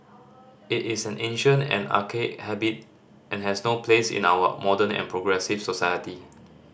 it is an ancient and archaic habit and has no place in our modern and progressive society